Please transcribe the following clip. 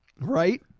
Right